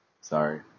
Sorry